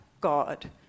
God